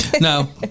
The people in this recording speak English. No